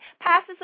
passes